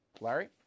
Larry